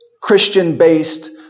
Christian-based